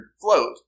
float